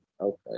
Okay